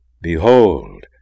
Behold